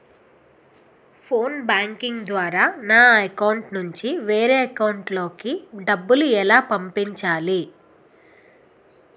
Phone banking ద్వారా నా account నుంచి వేరే అకౌంట్ లోకి డబ్బులు ఎలా పంపించాలి?